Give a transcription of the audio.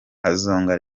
azonga